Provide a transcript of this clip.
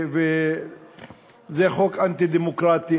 זה חוק אנטי-דמוקרטי,